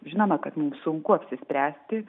žinoma kad mums sunku apsispręsti